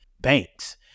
banks